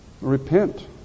Repent